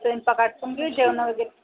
स्वयंपाक आटपून घेऊ जेवणं वगैरे